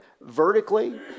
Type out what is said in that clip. vertically